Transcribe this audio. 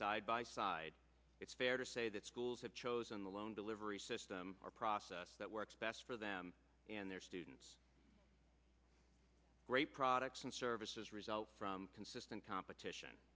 side by side it's fair to say that schools have chosen the lone delivery system or process that works best for them and their students great products and services result from consistent competition